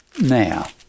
Now